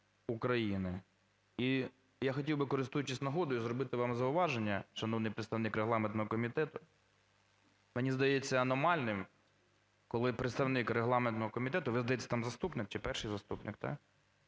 України". І я хотів би, користуючись нагодою, зробити вам зауваження, шановний представник регламентного комітету. Мені здається аномальним, коли представник регламентного комітету… Ви, здається, там заступник чи перший заступник, так?